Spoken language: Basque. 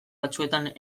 batzuetan